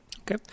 Okay